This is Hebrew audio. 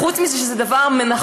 חוץ מזה שהוא דבר נכון,